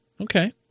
Okay